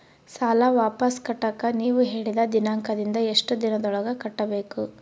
ಸಾಲ ವಾಪಸ್ ಕಟ್ಟಕ ನೇವು ಹೇಳಿದ ದಿನಾಂಕದಿಂದ ಎಷ್ಟು ದಿನದೊಳಗ ಕಟ್ಟಬೇಕು?